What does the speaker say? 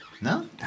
No